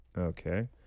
Okay